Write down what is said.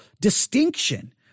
distinction